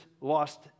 lost